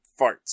farts